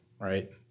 right